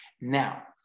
Now